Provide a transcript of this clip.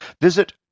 visit